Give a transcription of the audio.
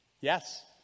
Yes